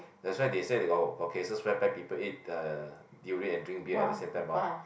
that's why they say that got got cases where peo~ people eat the durian and drink beer at the same time lor